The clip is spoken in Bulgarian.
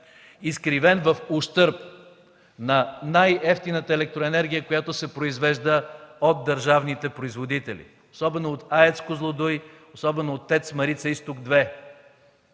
изкривен в ущърб на най-евтината електроенергия, която се произвежда от държавните производители, особено от АЕЦ „Козлодуй”, особено от ТЕЦ „Марица изток 2”